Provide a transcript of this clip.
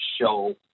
show